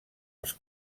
els